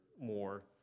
more